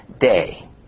day